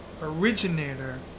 originator